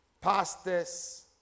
pastors